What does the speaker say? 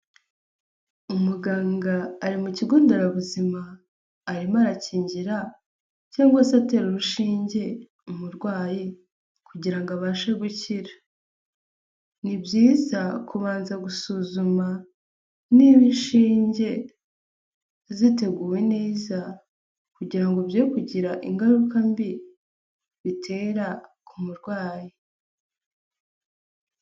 Umuganga ari mu kigo nderabuzima arimo arakingira cyangwa se atera urushinge umurwayi kugira ngo abashe gukira, ni byiza kubanza gusuzuma niba inshinge ziteguwe neza kugira ngo byere kugira ingaruka mbi bitera ku murwayi.